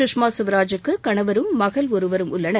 சுஷ்மா ஸ்வராஜுக்கு கணவரும் மகள் ஒருவரும் உள்ளனர்